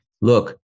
look